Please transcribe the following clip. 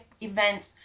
events